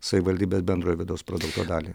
savivaldybės bendrojo vidaus produkto dalį